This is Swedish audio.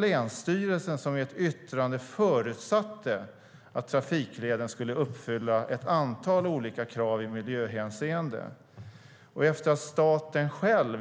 Länsstyrelsen förutsatte nämligen i ett yttrande att trafikleden skulle uppfylla ett antal olika krav i miljöhänseende. Efter att staten